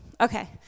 okay